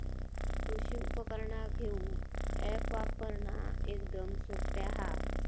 कृषि उपकरणा घेऊक अॅप्स वापरना एकदम सोप्पा हा